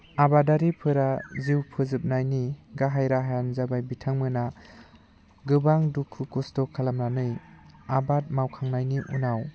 आबादारिफोरा जिउ फोजोबनायनि गाहाइ राहायानो जाबाय बिथांमोना गोबां दुखु खस्थ' खालामनानै आबाद मावखांनायनि उनाव